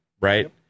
right